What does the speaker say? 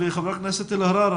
חברת הכנסת אלהרר,